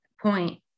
point